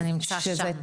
זה נמצא שם.